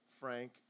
Frank